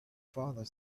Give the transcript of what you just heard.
father